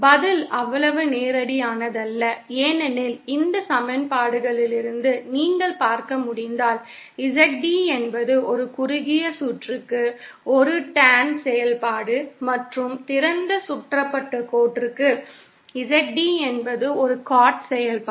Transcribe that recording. பதில் அவ்வளவு நேரடியானதல்ல ஏனெனில் இந்த சமன்பாடுகளிலிருந்து நீங்கள் பார்க்க முடிந்தால் ZD என்பது ஒரு குறுகிய சுற்றுக்கு ஒரு டேன் செயல்பாடு மற்றும் திறந்த சுற்றப்பட்ட கோட்டிற்கு ZD என்பது ஒரு காட் செயல்பாடு